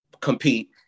compete